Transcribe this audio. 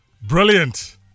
brilliant